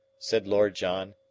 said lord john,